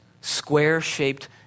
square-shaped